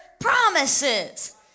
promises